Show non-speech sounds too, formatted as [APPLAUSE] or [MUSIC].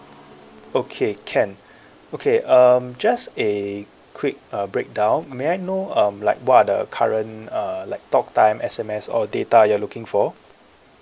okay can [BREATH] okay um just a quick uh breakdown may I know um like what are the current uh like talk time S_M_S or data you're looking for